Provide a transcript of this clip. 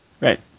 Right